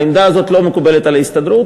העמדה הזאת לא מקובלת על ההסתדרות.